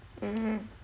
mmhmm